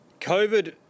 COVID